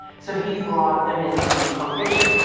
so he brought them into cultivation,